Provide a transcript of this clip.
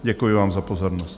Děkuji vám za pozornost.